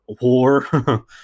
war